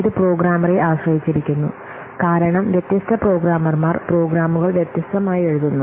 ഇത് പ്രോഗ്രാമറെ ആശ്രയിച്ചിരിക്കുന്നു കാരണം വ്യത്യസ്ത പ്രോഗ്രാമർമാർ പ്രോഗ്രാമുകൾ വ്യത്യസ്തമായി എഴുതുന്നു